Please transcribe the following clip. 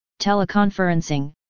teleconferencing